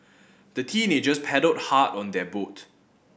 the teenagers paddled hard on their boat